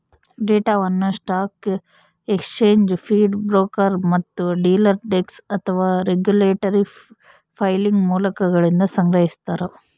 ಡೇಟಾವನ್ನು stock exchange feed broker ಮತ್ತು dealer desk ಅಥವಾ ರೆಗ್ಯುಲೇಟರಿ ಫೈಲಿಂಗ್ ಮೂಲಗಳಿಂದ ಸಂಗ್ರಹಿಸ್ತಾರ